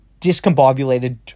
discombobulated